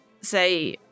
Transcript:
say